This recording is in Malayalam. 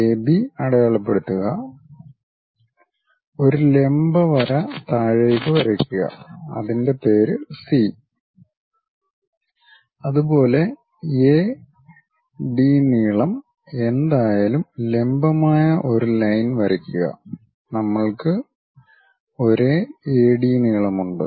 എബി അടയാളപ്പെടുത്തുക ഒരു ലംബ വര താഴേക്ക് വരക്കുക അതിൻ്റെ പേര് സി അതുപോലെ എ ഡീ നീളം എന്തായാലും ലംബമായ ഒരു ലൈൻ വരക്കുക നമ്മൾക്ക് ഒരേ എ ഡീ നീളമുണ്ട്